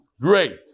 Great